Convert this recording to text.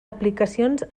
aplicacions